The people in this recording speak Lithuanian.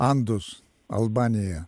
andus albaniją